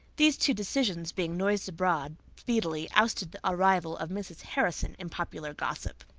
these two decisions being noised abroad speedily ousted the arrival of mrs. harrison in popular gossip.